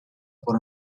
por